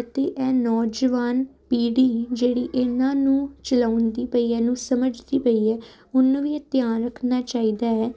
ਅਤੇ ਇਹ ਨੌਜਵਾਨ ਪੀੜ੍ਹੀ ਜਿਹੜੀ ਇਹਨਾਂ ਨੂੰ ਚਲਾਉਂਦੀ ਪਈ ਇਹਨੂੰ ਸਮਝਦੀ ਪਈ ਹੈ ਉਹਨੂੰ ਵੀ ਇਹ ਧਿਆਨ ਰੱਖਣਾ ਚਾਹੀਦਾ ਹੈ